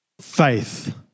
faith